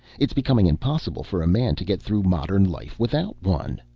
it's becoming impossible for a man to get through modern life without one.